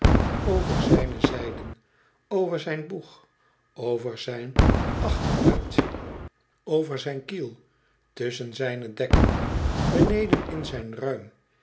over zijne zijden over zijn boeg over zijn achteruit over zijn kiel tusschen zijne dekken beneden in zijn ruim